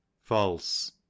False